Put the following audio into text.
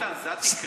איתן, זו התקרה.